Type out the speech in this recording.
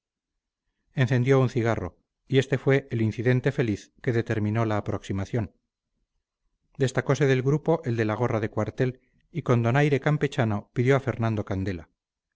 ellos encendió un cigarro y este fue el incidente feliz que determinó la aproximación destacose del grupo el de la gorra de cuartel y con donaire campechano pidió a fernando candela